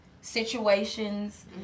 situations